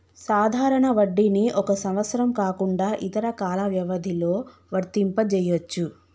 సాధారణ వడ్డీని ఒక సంవత్సరం కాకుండా ఇతర కాల వ్యవధిలో వర్తింపజెయ్యొచ్చు